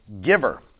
giver